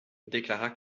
déclara